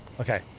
Okay